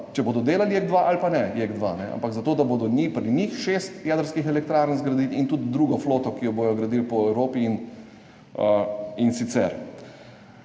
če bodo delali JEK2 ali pa ne JEK2, ampak zato da bodo pri njih šest jedrskih elektrarn zgradili in tudi drugo floto, ki jo bodo gradili po Evropi in sicer.